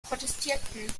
protestierten